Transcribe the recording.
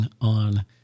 on